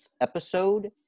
episode